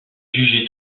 jugée